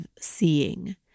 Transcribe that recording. seeing